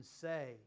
say